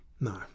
no